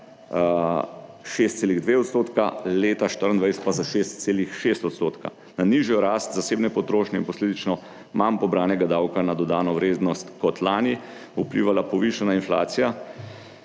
za 6,2 %, leta 2024 pa za 6,6 %. Na nižjo rast zasebne potrošnje in posledično manj pobranega davka na dodano vrednost kot lani, vplivala povišana inflacija,